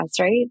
right